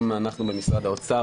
גם אנחנו במשרד האוצר,